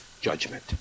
judgment